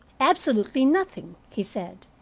absolutely nothing, he said.